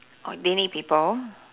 oh they need people